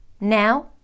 Now